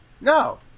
No